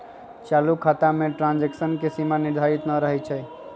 चालू खता में ट्रांजैक्शन के सीमा निर्धारित न रहै छइ